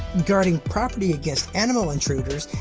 guarding property against animal intruders,